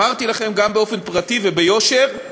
אמרתי לכם גם באופן פרטי וביושר: